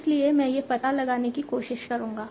इसलिए मैं यह पता लगाने की कोशिश करूंगा